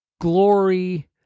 glory